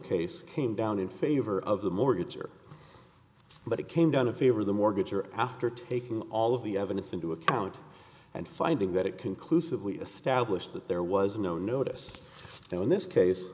case came down in favor of the mortgage or but it came down to favor the mortgage or after taking all of the evidence into account and finding that it conclusively established that there was no notice now in this case